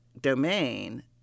domain